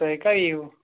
تُہۍ کَر یِیِو